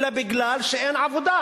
אלא מפני שאין עבודה.